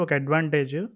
advantage